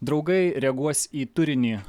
draugai reaguos į turinį